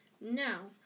Now